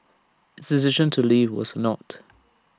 its decision to leave was not